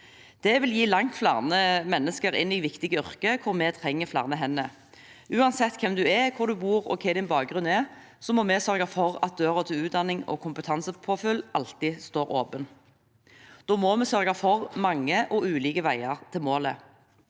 Det vil gi langt flere mennesker i viktige yrker hvor vi trenger flere hender. Uansett hvem du er, hvor du bor, og hva din bakgrunn er, må vi sørge for at døren til utdanning og kompetansepåfyll alltid står åpen. Da må vi sørge for mange og ulike veier til målet.